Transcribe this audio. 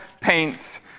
paints